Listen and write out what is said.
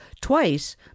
twice